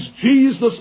Jesus